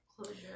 closure